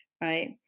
right